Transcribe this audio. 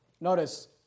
Notice